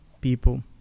people